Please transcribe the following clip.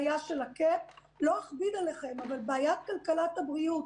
לא אכביד עליכם, אבל בעיית כלכלת הבריאות,